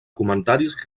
comentaris